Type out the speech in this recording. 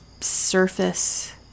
surface